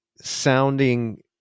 sounding